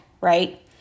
right